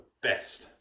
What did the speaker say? best